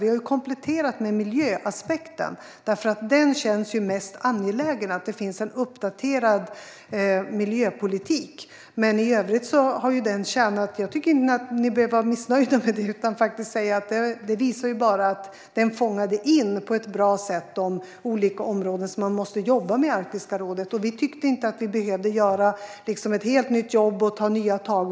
Vi har kompletterat med miljöaspekten, eftersom det känns mest angeläget att det finns en uppdaterad miljöpolitik. Jag tycker inte att ni behöver vara missnöjda med det, utan man kan faktiskt säga att det bara visar att den på ett bra sätt fångade in de olika områden som man måste jobba med i Arktiska rådet. Därför tyckte vi liksom inte att vi behövde göra ett helt nytt jobb och ta nya tag.